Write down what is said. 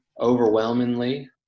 overwhelmingly